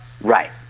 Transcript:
Right